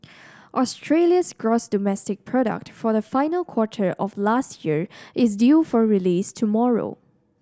Australia's gross domestic product for the final quarter of last year is due for release tomorrow